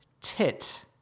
Tit